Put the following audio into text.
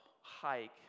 hike